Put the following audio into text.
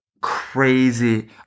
crazy